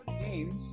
games